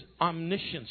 omniscience